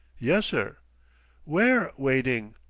yessir. where waiting?